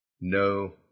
no